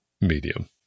medium